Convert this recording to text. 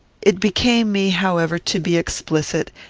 it became me, however, to be explicit,